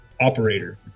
operator